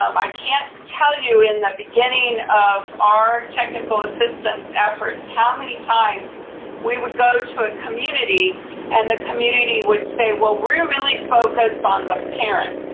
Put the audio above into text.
um i can't tell you, in the beginning of our technical assistance efforts, how many times we would go to a community and the community would say, well, we're really focused on the parents.